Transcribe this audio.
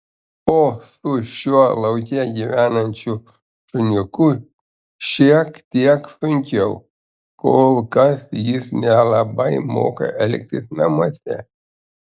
o su šiuo lauke gyvenančiu šuniuku šiek tiek sunkiau kol kas jis nelabai moka elgtis namuose